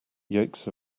yolks